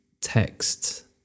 text